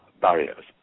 barriers